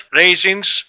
raisins